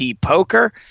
Poker